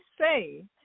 say